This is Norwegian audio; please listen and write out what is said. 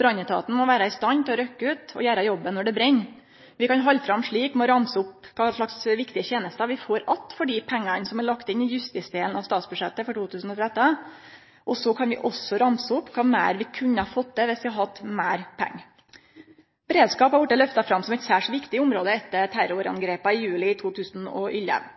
Brannetaten må vere i stand til å rykkje ut og gjere jobben når det brenn. Vi kan halde fram slik med å ramse opp kva slags viktige tenester vi får att for dei pengane som er lagde inn i justisdelen av statsbudsjettet for 2013, og så kan vi også ramse opp kva meir vi kunne fått til dersom vi hadde hatt meir pengar. Beredskap har vorte løfta fram som eit særs viktig område etter